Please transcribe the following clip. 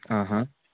आं हां